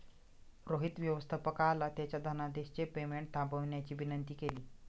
रोहित व्यवस्थापकाला त्याच्या धनादेशचे पेमेंट थांबवण्याची विनंती केली